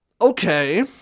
okay